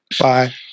Bye